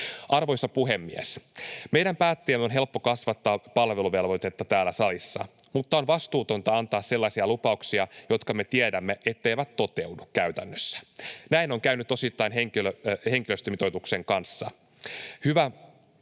Arvoisa puhemies! Meidän päättäjien on helppo kasvattaa palveluvelvoitetta täällä salissa. Mutta on vastuutonta antaa sellaisia lupauksia, joista me tiedämme, etteivät ne toteudu käytännössä. Näin on käynyt osittain henkilöstömitoituksen kanssa. Hyvä